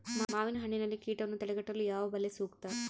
ಮಾವಿನಹಣ್ಣಿನಲ್ಲಿ ಕೇಟವನ್ನು ತಡೆಗಟ್ಟಲು ಯಾವ ಬಲೆ ಸೂಕ್ತ?